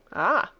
ah!